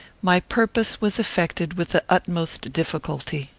my purpose was effected with the utmost difficulty.